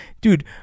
dude